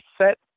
set